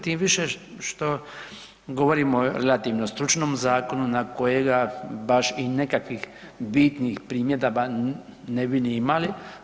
Tim više što govorimo o relativno stručnom zakonu na kojega baš i nekakvih bitnih primjedaba ne bi ni imali.